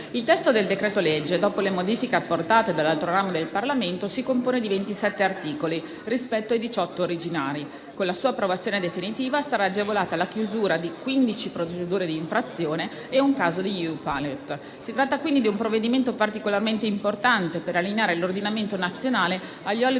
Il testo del decreto-legge, dopo le modifiche apportate dall'altro ramo del Parlamento, si compone di 27 articoli rispetto ai 18 originari. Con la sua approvazione definitiva sarà agevolata la chiusura di 15 procedure di infrazione e un caso di EU Pilot. Si tratta, quindi, di un provvedimento particolarmente importante per allineare l'ordinamento nazionale agli